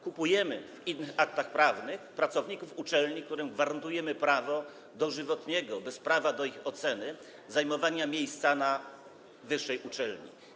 Kupujemy w innych aktach prawnych pracowników uczelni, którym gwarantujemy prawo dożywotniego, bez prawa do ich oceny, zajmowania miejsca w wyższej uczelni.